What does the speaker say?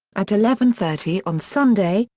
at eleven thirty on sunday,